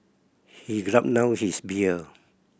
he gulped down his beer